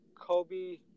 Kobe